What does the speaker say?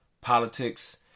politics